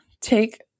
take